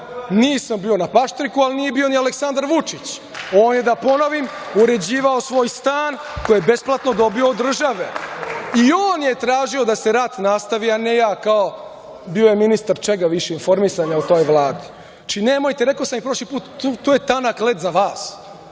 Nisam bio na Paštriku, ali nije bio ni Aleksandar Vučić, koji je, da ponovim, uređivao svoj stan koji je besplatno dobio od države. I on je tražio da se rat nastavi, a ne ja. On je bio ministar čega, informisanja, u toj Vladi. Rekao sam i prošli put, nemojte o tome, to je tanak led za vas.